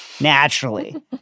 naturally